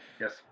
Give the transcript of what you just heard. Yes